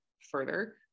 further